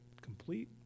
complete